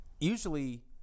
usually